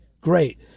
great